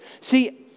See